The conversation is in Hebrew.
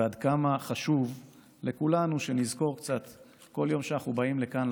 ועד כמה חשוב לכולנו שנזכור קצת כל יום כשאנחנו באים לכאן,